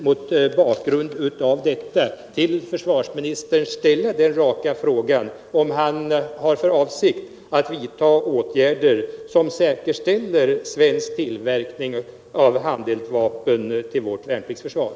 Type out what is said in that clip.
Mot bakgrund av detta vill jag till försvarsministern ställa den raka frågan om han har för avsikt att vidta åtgärder för att säkerställa svensk tillverkning av handeldvapen till vårt värnpliktsförsvar.